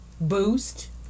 boost